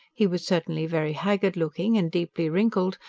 he was certainly very haggard-looking, and deeply wrinkled,